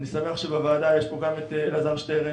אני שמח שבוועדה חברים גם אלעזר שטרן